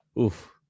oof